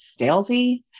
salesy